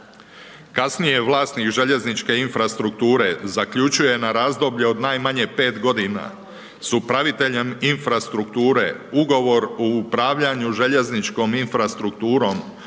Kasnije vlasnik željezničke infrastrukture, zaključuje na razdoblje od najmanje 5 g. s upraviteljem infrastrukture, ugovor o upravljanju željezničkom infrastrukturom,